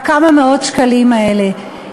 כמה מאות שקלים האלה.